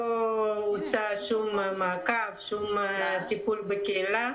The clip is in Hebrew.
לא הוצא שום מעקב, שום טיפול בכלא.